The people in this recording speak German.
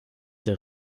der